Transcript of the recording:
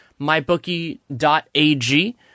MyBookie.ag